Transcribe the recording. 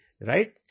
right